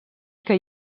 que